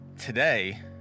today